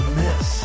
miss